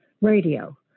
radio